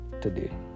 today